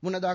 முன்னதாக